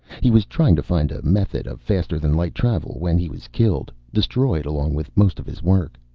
he was trying to find a method of faster than light travel when he was killed, destroyed along with most of his work.